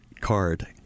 card